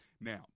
Now